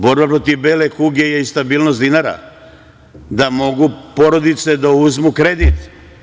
Borba protiv bele kuge je i stabilnost dinara, da mogu porodice da uzmu kredit.